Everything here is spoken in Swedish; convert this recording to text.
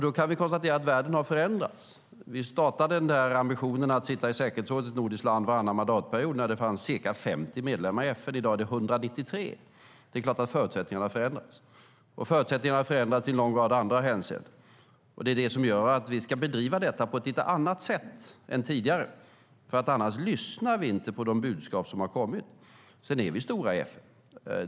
Vi kan konstatera att världen har förändrats. Vi startade ambitionen att sitta i säkerhetsrådet som ett nordiskt land varannan mandatperiod när det fanns ca 50 medlemmar i FN - i dag är det 193. Det är klart att förutsättningarna har förändrats. Och förutsättningarna har förändrats i en lång rad andra hänseenden. Det gör att vi ska bedriva detta på ett lite annat sätt än tidigare, för annars lyssnar vi inte på de budskap som har kommit. Vi är stora i FN.